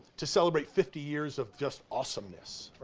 to celebrate fifty years of just awesomeness.